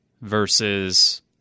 versus